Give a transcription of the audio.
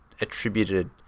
attributed